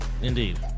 Indeed